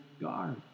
guard